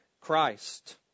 Christ